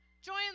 Join